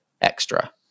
Extra